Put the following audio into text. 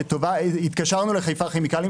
התקשרנו לחיפה כימיקלים.